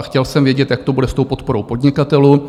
Chtěl jsem vědět, jak to bude s tou podporou podnikatelů.